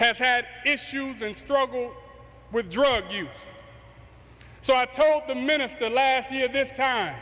have had issues in struggle with drug use so i told the minister last year this t